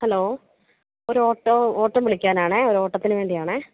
hello ഒരു auto ഓട്ടം വിളിക്കാനാണേ ഒരോട്ടത്തിനു വേണ്ടിയാണേ